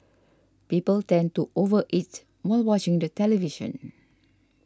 people tend to over eat while watching the television